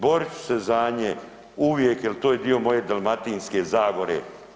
Borit ću se za nje uvijek jer to je dio moje Dalmatinske zagore.